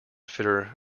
fitter